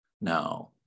now